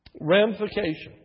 ramification